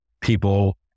people